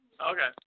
Okay